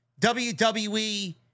WWE